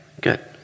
good